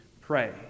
pray